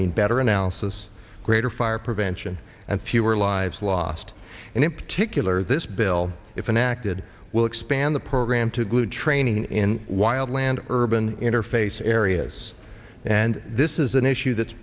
mean better analysis greater fire prevention and fewer lives lost and in particular this bill if an acted will expand the program to training in wild land urban interface areas and this is an issue that's